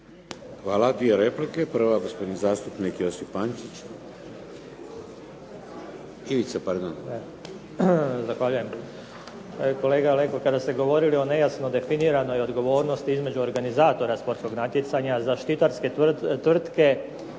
Hvala. Dvije replike. Prva, gospodin zastupnik Ivica Pančić. **Pančić, Ivica (SDP)** Zahvaljujem. Kolega Leko, kada ste govorili o nejasno definiranoj odgovornosti između organizatora sportskog natjecanja, zaštitarske tvrtke